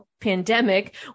Pandemic